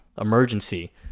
Emergency